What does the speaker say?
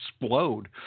explode